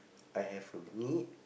I have a need